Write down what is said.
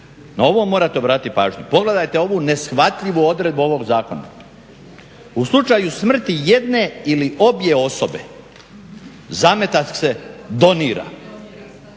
na ovo morate obratiti pažnju, pogledajte ovu neshvatljivu odredbu ovog zakona. U slučaju smrti jedne ili obje osobe zametak se donira.